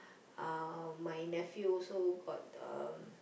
uh my nephew also got um